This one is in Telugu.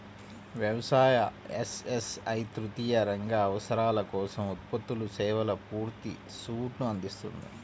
వ్యవసాయ, ఎస్.ఎస్.ఐ తృతీయ రంగ అవసరాల కోసం ఉత్పత్తులు, సేవల పూర్తి సూట్ను అందిస్తుంది